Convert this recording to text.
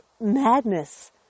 madness